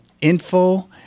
info